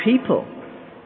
people